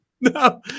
no